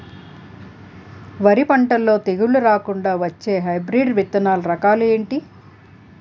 వరి పంటలో తెగుళ్లు రాకుండ వచ్చే హైబ్రిడ్ విత్తనాలు రకాలు ఏంటి?